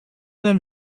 them